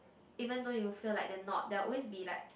even though you feel like they're not they are always be like